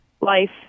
life